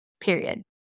period